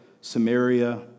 Samaria